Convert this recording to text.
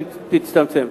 תצטמצם.